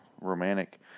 Romantic